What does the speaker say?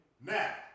Now